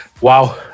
Wow